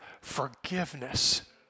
forgiveness